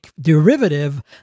derivative